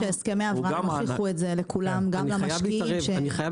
אני חושבת שהסכמי אברהם הוכיחו את זה לכולם,